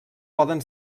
poden